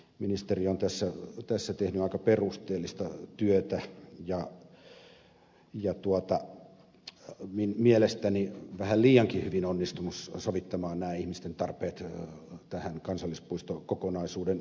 ministeri on tässä tehnyt aika perusteellista työtä ja mielestäni vähän liiankin hyvin onnistunut sovittamaan nämä ihmisten tarpeet tähän kansallispuistokokonaisuuden yhteyteen